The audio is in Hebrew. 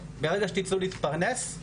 ברגע שתצאו להתפרנס,